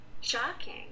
Shocking